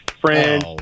friends